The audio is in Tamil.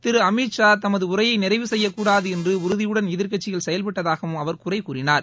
திரு அமித்ஷா தமது உரையை நிறைவு செய்யக்கூடாது என்று உறுதியுடன் எதிர்கட்சிகள் செயல்பட்டதாகவும் அவர் குறை கூறினார்